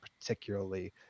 particularly